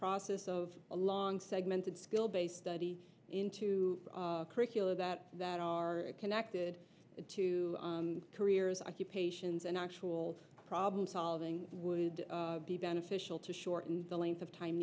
process of a long segmented skill based study into curricula that that are connected to careers occupations and actual problem solving would be beneficial to shorten the length of time